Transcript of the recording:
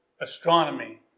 astronomy